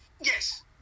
Yes